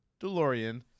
DeLorean